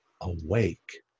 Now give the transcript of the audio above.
awake